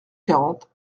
quarante